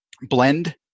blend